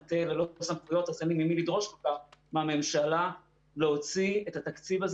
המטה ללא סמכויות --- לדרוש אותה מהממשלה להוציא את התקציב הזה